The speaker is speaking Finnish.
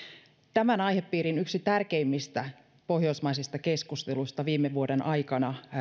tämän aihepiirin yksi tärkeimmistä pohjoismaisista keskusteluista viime vuoden aikana